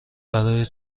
برای